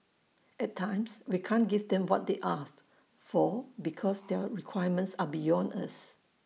at times we can't give them what they ask for because their requirements are beyond us